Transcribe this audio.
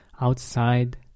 outside